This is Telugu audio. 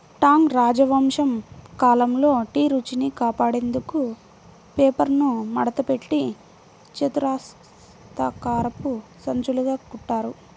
టాంగ్ రాజవంశం కాలంలో టీ రుచిని కాపాడేందుకు పేపర్ను మడతపెట్టి చతురస్రాకారపు సంచులుగా కుట్టారు